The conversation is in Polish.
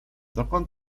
dokąd